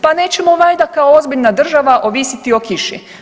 Pa nećemo valjda kao ozbiljna država ovisiti o kiši?